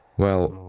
well,